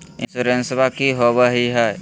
इंसोरेंसबा की होंबई हय?